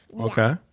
okay